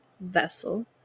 Vessel